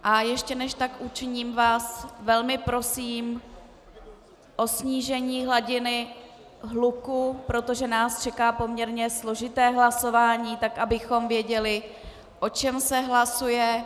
A ještě dříve, než tak učiním, vás velmi prosím o snížení hladiny hluku, protože nás čeká poměrně složité hlasování, tak abychom věděli, o čem se hlasuje.